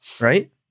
right